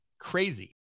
crazy